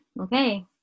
okay